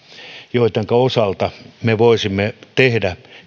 joittenka osalta me voisimme tehdä